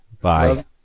bye